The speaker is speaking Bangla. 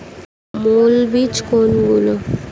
মৌল বীজ কোনগুলি?